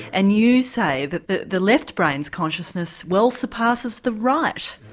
and you say that the the left brain's consciousness well surpasses the right.